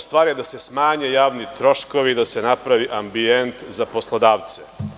Stvar je da se smanje javni troškovi, da se napravi ambijent za poslodavce.